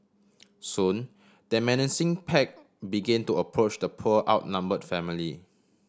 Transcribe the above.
soon the menacing pack begin to approach the poor outnumbered family